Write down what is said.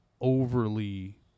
overly